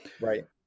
Right